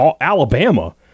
Alabama